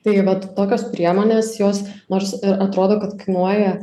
tai vat tokios priemonės jos nors ir atrodo kad kainuoja